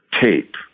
tape